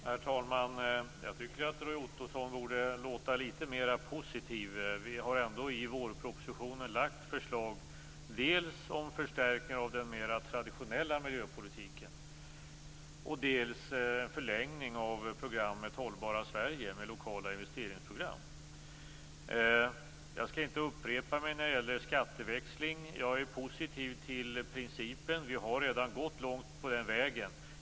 Herr talman! Jag tycker att Roy Ottosson borde låta litet mera positiv. I vårpropositionen har vi ändå lagt fram förslag dels om förstärkningar av den mer traditionella miljöpolitiken, dels om en förlängning av programmet för det hållbara Sverige med lokala investeringsprogram. Jag skall inte upprepa mig när det gäller skatteväxling. Jag är positiv till principen. Vi har redan gått långt på den vägen.